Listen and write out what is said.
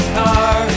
car